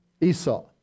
Esau